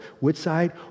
Woodside